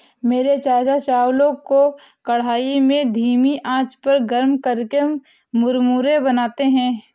मेरे चाचा चावलों को कढ़ाई में धीमी आंच पर गर्म करके मुरमुरे बनाते हैं